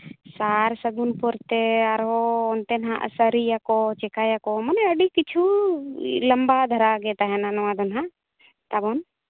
ᱥᱟᱨ ᱥᱟᱹᱜᱩᱱ ᱯᱚᱨᱛᱮ ᱟᱨᱦᱚᱸ ᱚᱱᱛᱮ ᱦᱟᱸᱜ ᱥᱟᱹᱨᱤᱭᱟᱠᱚ ᱪᱤᱠᱟᱭᱟᱠᱚ ᱢᱟᱱᱮ ᱟᱹᱰᱤ ᱠᱤᱪᱷᱩ ᱞᱤᱢᱵᱟ ᱫᱷᱟᱨᱟ ᱜᱮ ᱛᱟᱦᱮᱱᱟ ᱱᱚᱣᱟ ᱫᱚ ᱦᱟᱸᱜ ᱛᱟᱵᱚᱱ